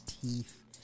teeth